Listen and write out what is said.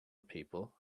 people